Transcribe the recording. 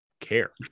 care